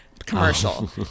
commercial